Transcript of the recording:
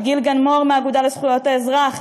לגיל גן-מור מהאגודה לזכויות האזרח,